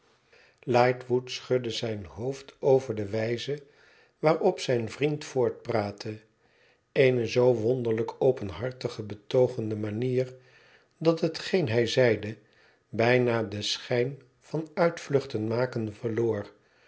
ligbtwood schudde zijn hoofd over de wijze waarop zijn vriend voortpraatte eene zoo wonderlijk openhartig betoogende manier dat hetgeen hij zeide bijna den schijn van uitvluchten maken verloor